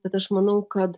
bet aš manau kad